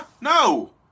No